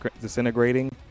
disintegrating